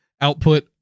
output